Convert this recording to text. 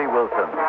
Wilson